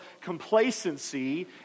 complacency